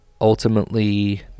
ultimately